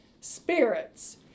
spirits